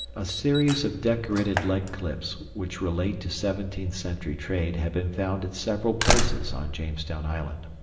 a series of decorated lead clips which relate to seventeenth century trade have been found at several places on jamestown island.